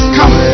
come